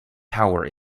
power